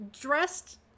dressed